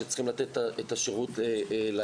שצריכות לתת את השירות לאזרח.